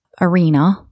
arena